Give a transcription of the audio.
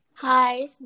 hi